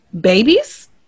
Babies